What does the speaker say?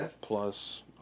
Plus